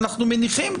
אנחנו מניחים.